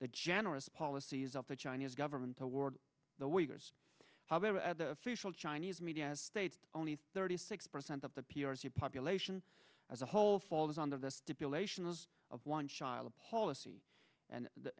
the generous policies of the chinese government toward the wiggers however the official chinese media state only thirty six percent of the p r c population as a whole falls under the stipulation of one child policy and